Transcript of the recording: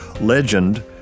legend